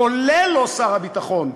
כולל לא לשר הביטחון.